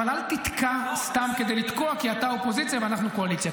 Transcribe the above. אבל אל תתקע סתם כדי לתקוע כי אתה אופוזיציה ואנחנו קואליציה.